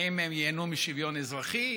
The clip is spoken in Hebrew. האם הם ייהנו משוויון אזרחי?